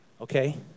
Okay